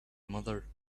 mother